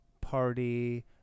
party